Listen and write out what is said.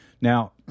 Now